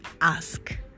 ask